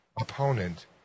opponent